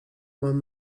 mam